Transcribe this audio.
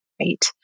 right